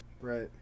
Right